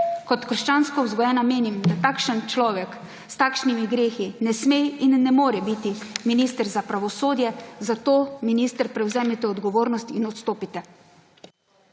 Kot krščansko vzgojena menim, da takšen človek, s takšnimi grehi ne sme in ne more biti minister za pravosodje. Zato, minister, prevzemite odgovornost in odstopite.